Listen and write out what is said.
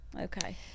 Okay